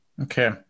Okay